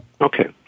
okay